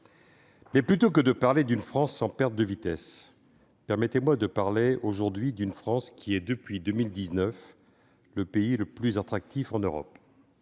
Plutôt que d'une France en perte de vitesse, permettez-moi de parler aujourd'hui d'une France devenue, depuis 2019, le pays le plus attractif en Europe